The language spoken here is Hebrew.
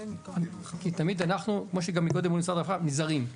אנחנו נזהרים,